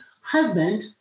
husband